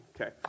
Okay